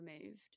removed